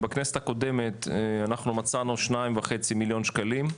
בכנסת הקודמת אנחנו מצאנו כ-2,500,000 שקלים,